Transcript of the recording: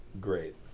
Great